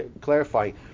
clarifying